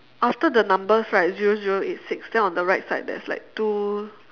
after the numbers right zero zero eight six then on the right side there's like two